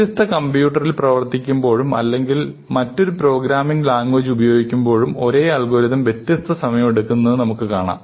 വ്യത്യസ്ത കമ്പ്യൂട്ടറിൽ പ്രവർത്തിപ്പിക്കുമ്പോഴും അല്ലെങ്കിൽ മറ്റൊരു പ്രോഗ്രാമിംഗ് ലാംഗ്വേജ് ഉപയോഗിക്കുമ്പോഴും ഒരേ അൽഗോരിതം വ്യത്യസ്ത സമയമെടുക്കുമെന്ന് നമുക്ക് കാണാം